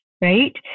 right